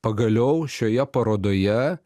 pagaliau šioje parodoje